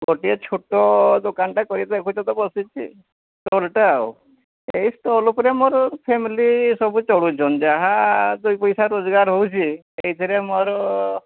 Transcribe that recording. ଗୋଟିଏ ଛୋଟ ଦୋକାନଟେ କରିକି ଦେଖୁଛ ତ ବସିଛି ଷ୍ଟଲ୍ଟା ଆଉ ଏଇ ଷ୍ଟଲ୍ ଉପରେ ମୋର ଫ୍ୟାମିଲି ସବୁ ଚଳୁଛନ୍ତି ଯାହା ଦୁଇ ପଇସା ରୋଜଗାର ହେଉଛି ସେଇଥିରେ ମୋର